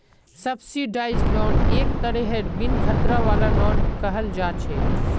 subsidised loan एक तरहेर बिन खतरा वाला लोन कहल जा छे